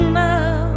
now